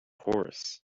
horse